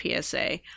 PSA